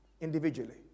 individually